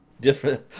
different